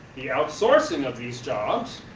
the outsourcing of these jobs,